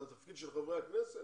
זה התפקיד של חברי הכנסת?